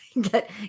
get